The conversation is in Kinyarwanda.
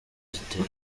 zitera